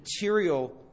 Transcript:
material